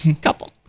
Couple